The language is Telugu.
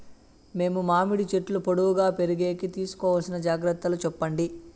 మేము మామిడి చెట్లు పొడువుగా పెరిగేకి తీసుకోవాల్సిన జాగ్రత్త లు చెప్పండి?